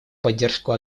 поддержку